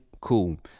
cool